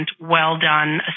well-done